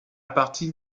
partir